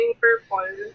purple